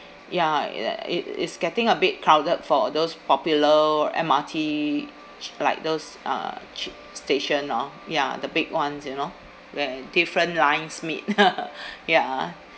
ya it is getting a bit crowded for those popular M_R_T like those uh c~ station orh ya the big ones you know where different lines meet ya